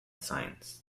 science